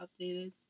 updated